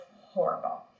horrible